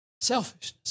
Selfishness